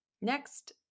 Next